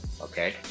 Okay